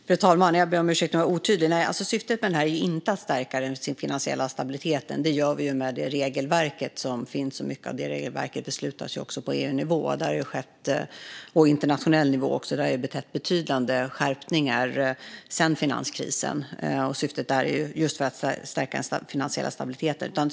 Fru talman! Jag ber om ursäkt om jag var otydlig: Syftet med detta är inte att stärka den finansiella stabiliteten. Det gör vi med det regelverk som finns, och mycket av det regelverket beslutas på EU-nivå och internationell nivå. Där har det skett betydande skärpningar sedan finanskrisen just i syfte att stärka den finansiella stabiliteten.